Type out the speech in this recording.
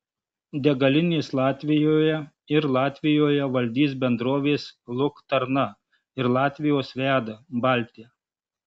degalinės latvijoje ir latvijoje valdys bendrovės luktarna ir latvijos viada baltija